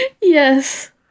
Yes